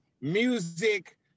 music